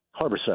Harborside